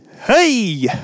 Hey